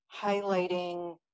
highlighting